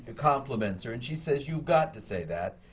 ah compliments her and she says, you've got to say that,